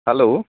hello